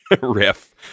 riff